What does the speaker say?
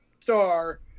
star